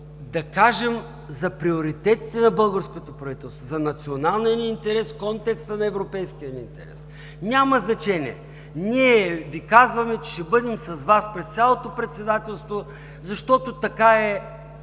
да кажем за приоритетите на българското правителство, за националния ни интерес, в контекста на европейския ни интерес. Няма значение, ние Ви казваме, че ще бъдем с Вас през цялото председателство, защото така